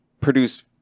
produced